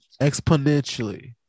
exponentially